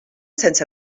sense